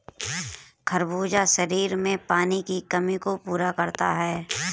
खरबूजा शरीर में पानी की कमी को पूरा करता है